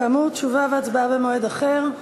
כאמור, תשובה והצבעה במועד אחר.